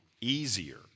easier